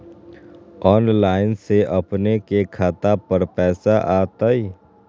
Online से अपने के खाता पर पैसा आ तई?